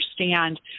understand